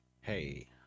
Hey